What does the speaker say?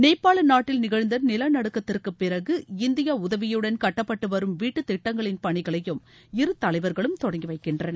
நேபாளநாட்டில் நிகழ்ந்தநிலநடுக்கத்திற்கபிறகு இந்தியாஉதவியுடன் கட்டப்பட்டுவரும் வீட்டுதிட்டங்களின் பணிகளையும் இரு தலைவர்களும் தொடங்கிவைக்கின்றனர்